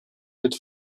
wird